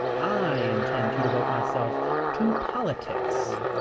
i intend to devote myself to politics.